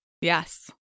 Yes